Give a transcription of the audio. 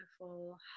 beautiful